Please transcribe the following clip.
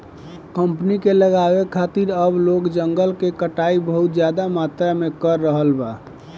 company के लगावे खातिर अब लोग जंगल के कटाई बहुत ज्यादा मात्रा में कर रहल बा